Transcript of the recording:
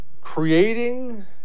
Creating